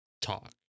talk